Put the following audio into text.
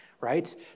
right